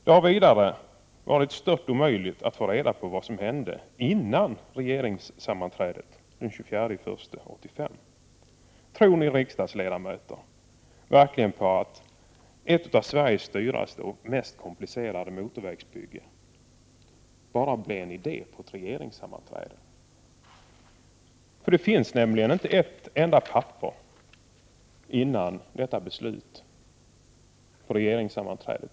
Det har vidare varit stört omöjligt att få reda på vad som hände före regeringssammanträdet den 24 januari 1985. Tror ni riksdagsledamöter verkligen på att ett av Sveriges dyraste och mest komplicerade motorvägsbyggen bara var en idé på ett regeringssammanträde? Det finns nämligen inte ett enda papper om detta ärende, innan beslutet fattades på detta regeringssammanträde.